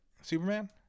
Superman